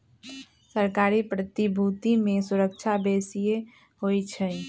सरकारी प्रतिभूति में सूरक्षा बेशिए होइ छइ